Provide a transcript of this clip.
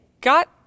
got